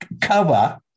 cover